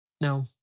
No